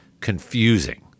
confusing